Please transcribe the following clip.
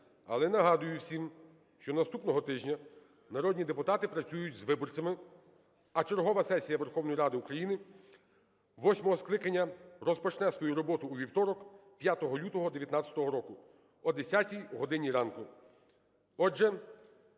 Але нагадую всім, що наступного тижня народні депутати працюють з виборцями, а чергова сесія Верховної Ради України восьмого скликання розпочне свою роботу у вівторок 5 лютого 19-го року о 10 годині ранку.